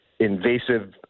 invasive